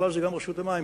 בכלל זה גם רשות המים.